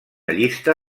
llista